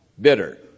Bitter